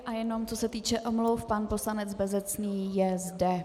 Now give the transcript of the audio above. A jenom co se týče omluv, pan poslanec Bezecný je zde.